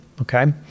okay